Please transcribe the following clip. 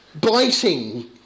biting